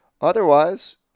Otherwise